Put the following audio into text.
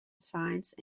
science